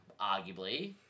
arguably